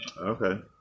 Okay